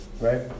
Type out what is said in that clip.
right